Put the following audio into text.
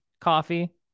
coffee